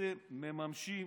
בעצם מממשים